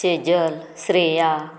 Sejal Shreya